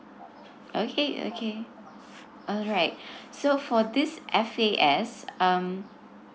okay okay alright so for this F A S um